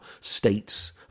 state's